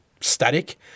static